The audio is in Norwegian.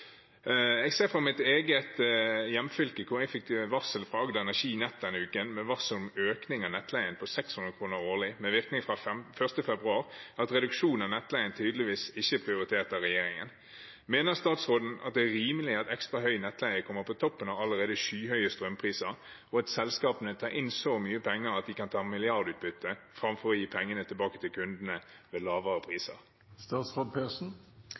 Jeg ser fra mitt eget hjemfylke – hvor jeg denne uken fikk et varsel fra Agder Energi Nett om en økning av nettleien på 600 kr årlig med virkning fra 1. februar – at reduksjon av nettleien tydeligvis ikke er prioritert av regjeringen. Mener statsråden det er rimelig at ekstra høy nettleie kommer på toppen av allerede skyhøye strømpriser, og at selskapene tar inn så mye penger at de kan ta milliardutbytte framfor å gi pengene tilbake til kundene ved lavere